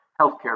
healthcare